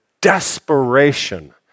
desperation